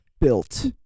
built